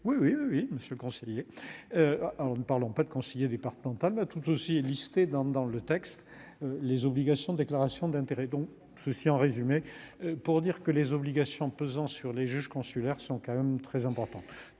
oui, oui, oui Monsieur le Conseiller, alors ne parlons pas de conseiller départemental la tout aussi listé dans dans le texte, les obligations déclaration d'intérêts dont ceux-ci, en résumé, pour dire que les obligations pesant sur les juges consulaires sont quand même très important,